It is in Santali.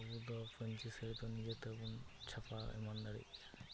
ᱟᱵᱚᱫᱚ ᱯᱟᱹᱧᱪᱤ ᱥᱟᱹᱲᱤ ᱵᱟᱸᱫᱮ ᱠᱟᱛᱮᱫᱵᱚᱱ ᱪᱷᱟᱯᱟ ᱮᱢᱟᱱ ᱫᱟᱲᱮᱜ ᱜᱮᱭᱟ